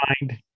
mind